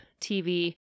TV